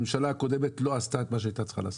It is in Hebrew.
הממשלה הקודמת לא עשתה את מה שהיתה צריכה לעשות,